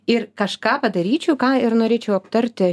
ir kažką padaryčiau ką ir norėčiau aptarti